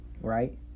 Right